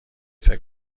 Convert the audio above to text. فکر